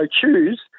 choose